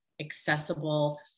accessible